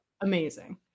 amazing